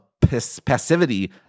passivity